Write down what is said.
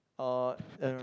uh